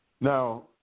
Now